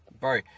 Bro